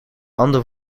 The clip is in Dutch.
ander